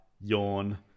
yawn